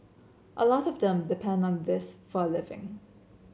a lot of them depend on this for a living